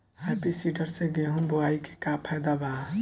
Happy seeder से गेहूं बोआई के का फायदा बा?